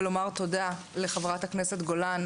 לומר תודה לחברת הכנסת גולן,